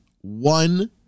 one